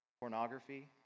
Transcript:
pornography